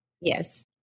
Yes